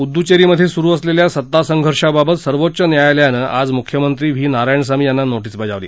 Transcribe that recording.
पुदुच्चेरीमधे सुरु असलेल्या सत्ता संघर्षाबाबत सर्वोच्च न्यायालयानं आज मुख्यमंत्री व्ही नारायणसामी यांना नोटीस बजावली